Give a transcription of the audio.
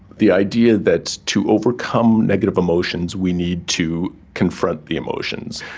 the idea that to overcome negative emotions we need to confront the emotions.